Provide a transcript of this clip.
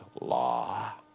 law